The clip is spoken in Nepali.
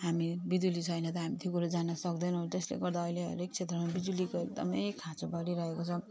हामी बिजुली छैन त हामी त्यो कुरा जान्न सक्दैनौँ त्यसले गर्दा अहिले हरेक क्षेत्रमा बिजुलीको एकदमै खाँचो परिरहेको छ